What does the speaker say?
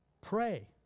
pray